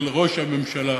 של ראש הממשלה,